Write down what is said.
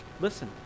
Listen